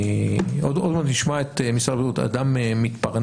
עוד מעט נשמע את משרד הבריאות, האדם מתפרנס?